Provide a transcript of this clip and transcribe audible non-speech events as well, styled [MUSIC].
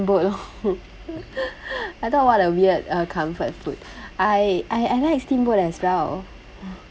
oh [LAUGHS] I thought what a weird uh comfort food I I I like steamboat as well